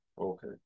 Okay